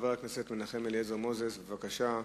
חבר הכנסת מנחם אליעזר מוזס, בבקשה,